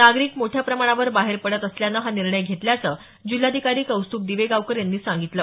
नागरिक मोठ्या प्रमाणावर बाहेर पडत असल्यानं हा निर्णय घेतल्याचं जिल्हाधिकारी कौस्तुभ दिवेगावकर यांनी सांगितलं